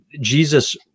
Jesus